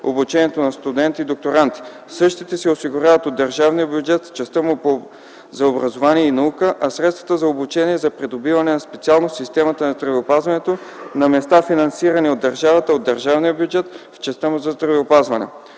обучението на студенти и докторанти. Същите се осигуряват от държавния бюджет в частта му за образованието и науката, а средствата за обучение за придобиване на специалност в системата на здравеопазването на места, финансирани от държавата – от държавния бюджет в частта му за здравеопазването.